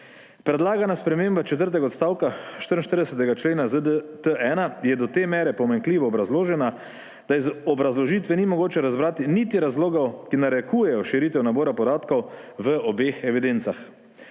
Predlagana sprememba četrtega odstavka 44. člena ZDT-1 je do te mere pomanjkljivo obrazložena, da iz obrazložitve ni mogoče razbrati niti razlogov, ki narekujejo širitev nabora podatkov v obeh evidencah.